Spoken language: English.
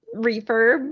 refurb